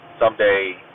someday